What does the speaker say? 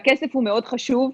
שהכסף מאוד חשוב.